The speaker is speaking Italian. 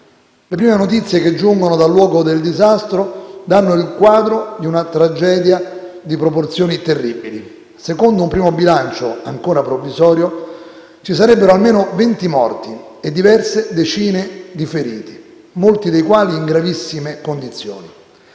Le prime notizie che giungono dal luogo del disastro danno il quadro di una tragedia di proporzioni terribili. Secondo un primo bilancio, ancora provvisorio, ci sarebbero almeno 20 morti e diverse decine di feriti, molti dei quali in gravissime condizioni.